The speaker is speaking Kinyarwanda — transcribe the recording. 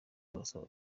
turasaba